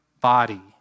body